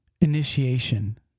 initiation